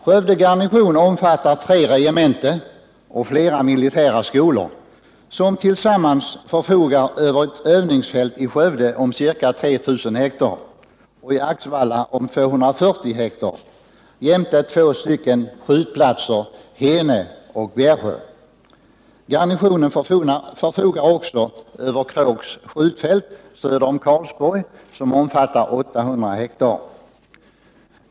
Skövde garnison omfattar tre regementen och flera militära skolor, vilka tillsammans förfogar över ett övningsfält i Skövde om ca 3 000 hektar och ett i Axvalla om 340 hektar, jämte två skjutplatser, Hene och Bjärsjö. Garnisonen förfogar också över Kråks skjutfält söder om Karlsborg, som omfattar 800 hektar.